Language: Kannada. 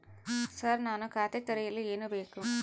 ಸರ್ ನಾನು ಖಾತೆ ತೆರೆಯಲು ಏನು ಬೇಕು?